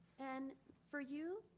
and for you,